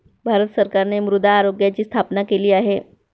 भारत सरकारने मृदा आरोग्याची स्थापना केली आहे